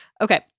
Okay